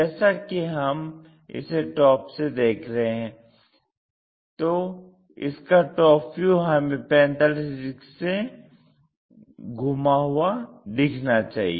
जैसा की हम इसे टॉप से देख रहे हैं तो इसका टॉप व्यू हमें 45 डिग्री से घुमा हुआ दिखना चाहिए